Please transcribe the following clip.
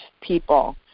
people